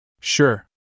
Sure